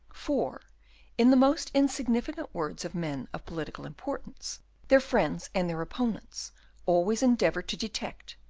for in the most insignificant words of men of political importance their friends and their opponents always endeavour to detect,